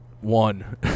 one